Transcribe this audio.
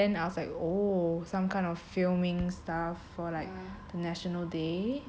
then I was like oh some kind of filming stuff for like the national day